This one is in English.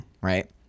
Right